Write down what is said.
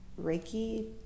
reiki